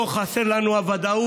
פה: חסרה לנו הוודאות,